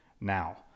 now